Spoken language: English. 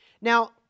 Now